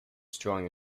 strong